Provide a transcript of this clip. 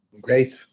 Great